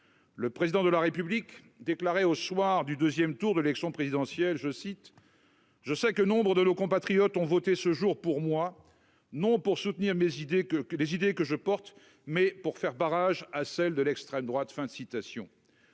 Le Président de la République déclarait au soir du deuxième tour de l'élection présidentielle :« Je sais que nombre de nos compatriotes ont voté ce jour pour moi, non pour soutenir les idées que je porte, mais pour faire barrage à celles de l'extrême droite.